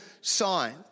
sign